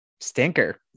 Stinker